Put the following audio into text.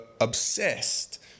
obsessed